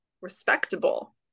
respectable